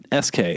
SK